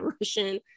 Russian